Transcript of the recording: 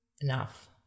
enough